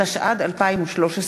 התשע"ד 2013,